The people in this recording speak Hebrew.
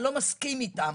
אני לא מסכים איתם.